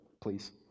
please